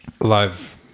live